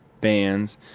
bands